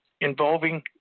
involving